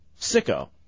sicko